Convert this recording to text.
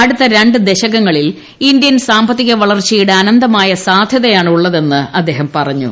അടുത്ത രണ്ട് ദ്ശകങ്ങളിൽ ഇന്ത്യൻ സാമ്പത്തിക വളർച്ചയുടെ അനന്തമായ സാധ്യതയാണ് ഉള്ളതെന്ന് അദ്ദേഹം പറഞ്ഞു